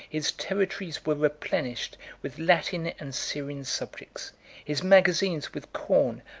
his territories were replenished with latin and syrian subjects his magazines with corn,